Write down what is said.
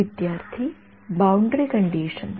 विद्यार्थीः boundary conditions